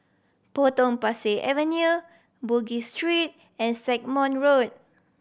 Potong Pasir Avenue Bugis Street and Stagmont Road